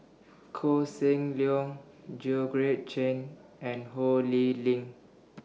Koh Seng Leong Chen and Ho Lee Ling